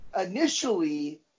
initially